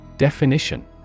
Definition